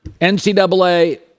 NCAA